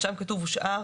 שם כתוב "הושאר